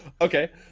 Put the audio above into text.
Okay